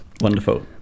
Wonderful